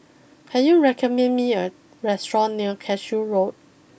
can you recommend me a restaurant near Cashew Road